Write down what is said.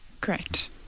Correct